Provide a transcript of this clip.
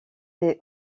des